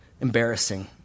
embarrassing